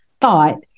thought